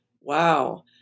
wow